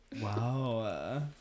Wow